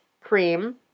cream